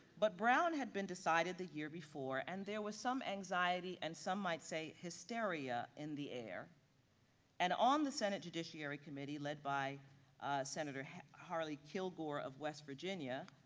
but brown had been decided the year before and there was some anxiety, and some might say hysteria, in the air and on the senate judiciary committee led by senator harley kilgore of west virginia